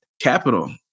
Capital